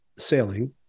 sailing